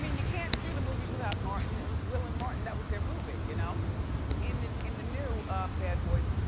you can't do the movie without martin. it was will and martin, that was their movie. you know in in the new bad boys,